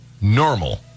normal